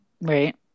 Right